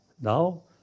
now